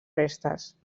restes